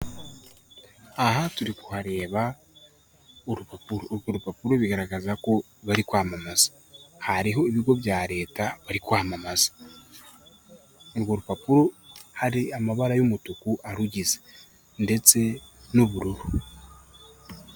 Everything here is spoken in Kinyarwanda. Aha turi kuhareba urupapuro, urwo rupapuro bigaragaza ko bari kwamamaza, hariho ibigo bya leta bari kwamamaza, urwo rupapuro hari amabara y'umutuku arugize, ndetse n'ubururu.